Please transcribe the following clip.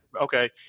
okay